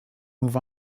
move